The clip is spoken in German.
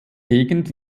gegend